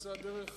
נמצא דרך